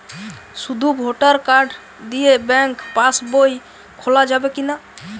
শুধু voter card দিয়ে bank pass বই খোলা যাবে কিনা?